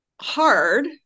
Hard